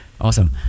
awesome